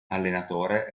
allenatore